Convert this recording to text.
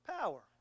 power